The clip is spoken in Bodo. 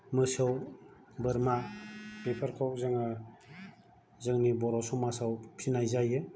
मोसौ बोरमा बेफोरखौ जोङो जोंनि बर' समाजाव फिनाय जायो